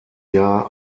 jahr